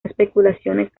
especulaciones